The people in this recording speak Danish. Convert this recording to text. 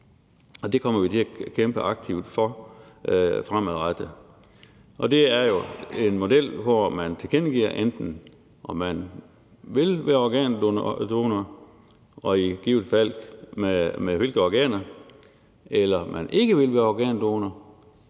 og det kommer vi til at kæmpe aktivt for fremadrettet. Det er jo en model, hvor man tilkendegiver, enten om man vil være organdonor og i givet fald med hvilke organer, eller om man ikke vil være organdonor,